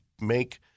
make